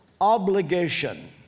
obligation